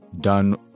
done